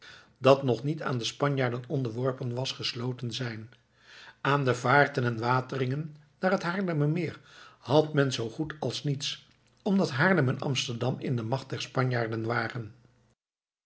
dat nog niet aan de spanjaarden onderworpen was gesloten zijn aan de vaarten en wateringen naar het haarlemmermeer had men zoo goed als niets omdat haarlem en amsterdam in de macht der spanjaarden waren